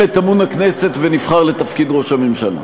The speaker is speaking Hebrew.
את אמון הכנסת ונבחר לתפקיד ראש הממשלה.